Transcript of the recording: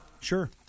Sure